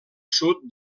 sud